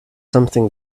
something